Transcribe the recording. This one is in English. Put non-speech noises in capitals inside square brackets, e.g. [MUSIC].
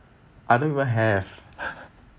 I don't even have [NOISE]